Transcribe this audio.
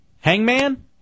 Hangman